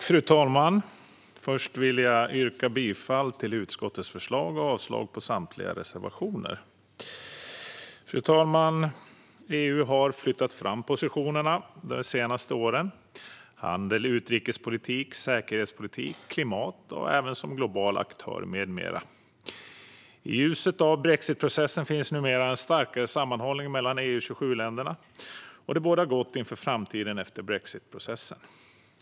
Fru talman! Inledningsvis vill jag yrka bifall till utskottets förslag och avslag på samtliga reservationer. EU har flyttat fram positionerna de senaste åren när det gäller till exempel handel, utrikespolitik, säkerhetspolitik och klimat samt EU som global aktör. I ljuset av brexitprocessen finns numera en starkare sammanhållning mellan EU-27-länderna, och det bådar gott inför framtiden efter brexitprocessen.